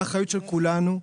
האחריות של כולנו,